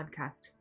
podcast